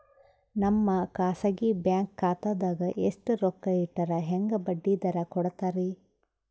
ನಮ್ಮ ಖಾಸಗಿ ಬ್ಯಾಂಕ್ ಖಾತಾದಾಗ ಎಷ್ಟ ರೊಕ್ಕ ಇಟ್ಟರ ಹೆಂಗ ಬಡ್ಡಿ ದರ ಕೂಡತಾರಿ?